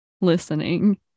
listening